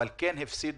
אבל כן הפסידו